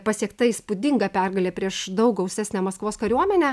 pasiekta įspūdinga pergalė prieš daug gausesnę maskvos kariuomenę